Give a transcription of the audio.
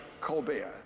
Colbert